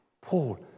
Paul